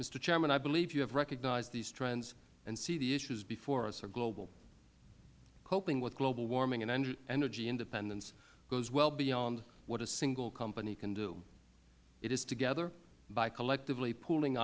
chairman i believe you have recognized these trends and see the issues before us are global coping with global warming and energy independence goes well beyond what a single company can do it is together by collectively pooling